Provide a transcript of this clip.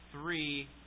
three